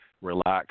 relax